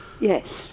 Yes